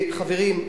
חברים,